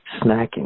snacking